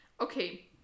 Okay